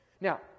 Now